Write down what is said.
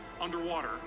underwater